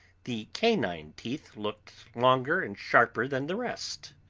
the canine teeth looked longer and sharper than the rest.